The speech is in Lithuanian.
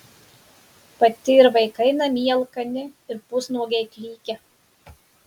pati ir vaikai namie alkani ir pusnuogiai klykia